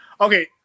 okay